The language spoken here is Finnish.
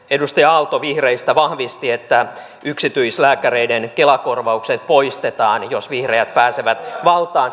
edustaja aalto vihreistä vahvisti että yksityislääkäreiden kela korvaukset poistetaan jos vihreät pääsevät valtaan